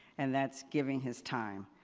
and that's giving his time.